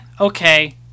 okay